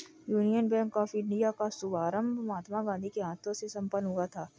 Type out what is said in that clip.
union Bank of India का शुभारंभ महात्मा गांधी के हाथों से संपन्न हुआ था